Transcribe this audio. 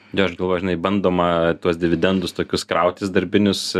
jo aš galvoju žinai bandoma tuos dividendus tokius krautis darbinius